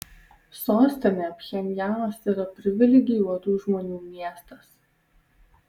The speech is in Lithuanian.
sostinė pchenjanas yra privilegijuotų žmonių miestas